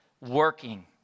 working